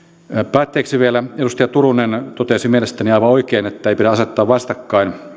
päätteeksi vielä edustaja turunen totesi mielestäni aivan oikein ettei pidä asettaa vastakkain